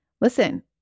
listen